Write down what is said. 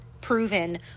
proven